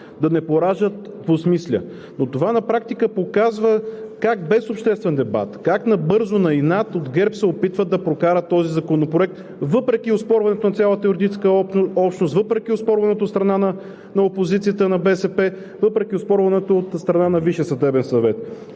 да не пораждат двусмислия. Но това на практика показва как без обществен дебат, как набързо, на инат от ГЕРБ се опитват да прокарат този законопроект въпреки оспорването на цялата юридическа общност, въпреки оспорването от страна на опозицията – на БСП, въпреки оспорването от страна на